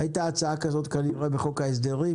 היתה הצעה כזאת כנראה בחוק ההסדרים,